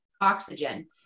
oxygen